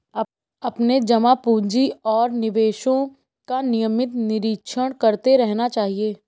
अपने जमा पूँजी और निवेशों का नियमित निरीक्षण करते रहना चाहिए